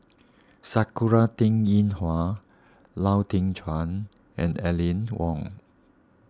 Sakura Teng Ying Hua Lau Teng Chuan and Aline Wong